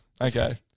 Okay